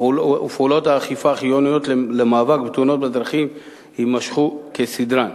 ופעולות האכיפה החיוניות למאבק בתאונות הדרכים יימשכו כסדרן.